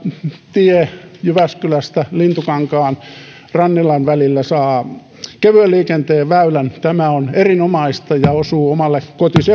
tie jyväskylästä lintukankaan rannilan välillä saa kevyen liikenteen väylän tämä on erinomaista ja osuu omille